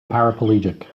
paraplegic